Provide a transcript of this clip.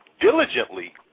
diligently